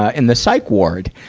ah in the psych ward.